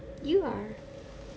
you are